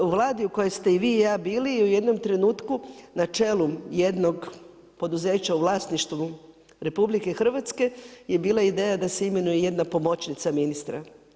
U Vladi u kojoj ste i vi i ja bili u jednom trenutku na čelu jednog poduzeća u vlasništvu RH, je bila ideja da se imenuju jedna pomoćnica ministra.